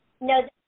No